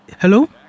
hello